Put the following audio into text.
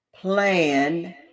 plan